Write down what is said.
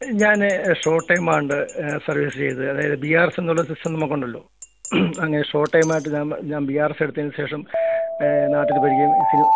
ഞാൻ ഷോ ടൈമാണ്ട് സർവീസസ് ചെയ്തത് അതായത് ബി ആർ എസ്സെന്നൊള്ള സിസ്റ്റം നമുക്കുണ്ടല്ലോ അങ്ങനെ ഷോ ടൈമായിട്ട് ഞാൻ ഞാൻ ബി ആർ എസ് എടുത്തതിന് ശേഷം നാട്ടിൽ വരികയും